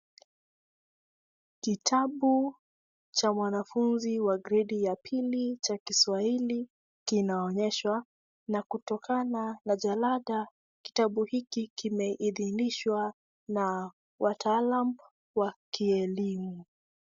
Kitabu cha wanafunzi wa gredi ya pili cha kiswahili kinaonyeshwa na kutokana na jalada kitabu hiki kimeidhinishwa na wataalam wa kielimu